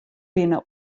binne